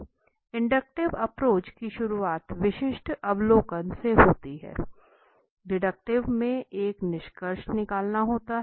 inductive approach की शुरुआत विशिष्ट अवलोकन से होती हैडिडक्टिव में एक निष्कर्ष निकालना होता है